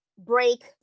break